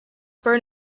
born